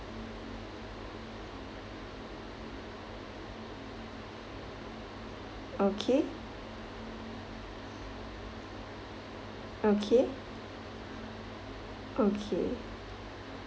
okay okay okay